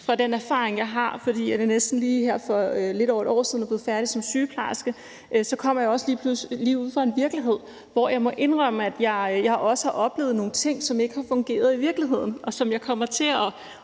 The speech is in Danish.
også den erfaring, jeg har, fordi jeg næsten lige her for et år siden er blevet færdig som sygeplejerske og kommer lige ude fra virkeligheden, og jeg må indrømme, at jeg også har oplevet nogle ting, som ikke har fungeret i virkeligheden, og jeg kommer til at